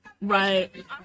Right